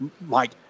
Mike